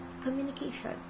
communication